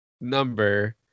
number